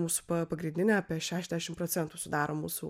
mūsų pa pagrindinė apie šešiasdešim procentų sudaro mūsų